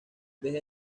desde